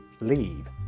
leave